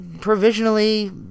provisionally